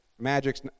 Magic's